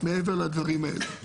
מעבר לדברים האלה.